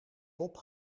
top